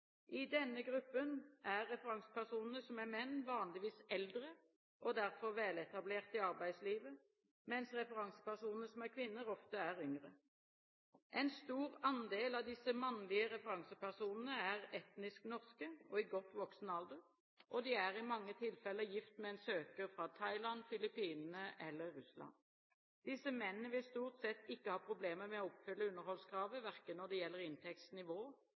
I denne gruppen er referansepersonene som er menn, vanligvis eldre og derfor veletablerte i arbeidslivet, mens referansepersonene som er kvinner, ofte er yngre. En stor andel av disse mannlige referansepersonene er etnisk norske og i godt voksen alder, og de er i mange tilfeller gift med en søker fra Thailand, Filippinene eller Russland. Disse mennene vil stort sett ikke ha problemer med å oppfylle underholdskravet, verken når det gjelder